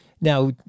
Now